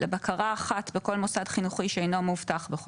לבקרה אחת בכל מוסד חינוכי שאינו מאובטח,